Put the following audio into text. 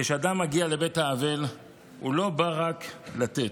כשאדם מגיע לבית האבל הוא לא בא רק לתת,